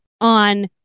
on